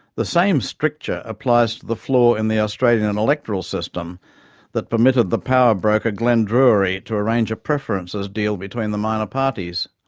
the same stricture applies to the flaw in the australian and electoral system that permitted the power broker glenn druery to arrange a preferences deal between the minor parties,